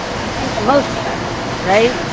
i think most of us, right?